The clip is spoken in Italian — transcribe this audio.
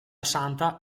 santa